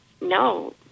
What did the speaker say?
no